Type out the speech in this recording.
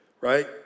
right